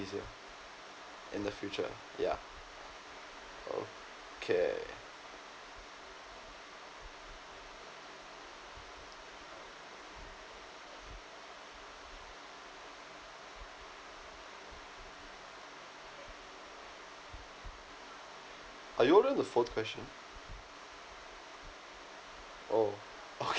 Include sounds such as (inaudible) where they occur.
easier in the future ya okay are you on the fourth question oh okay (laughs)